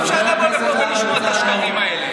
אי-אפשר לבוא לפה ולשמוע את השקרים האלה.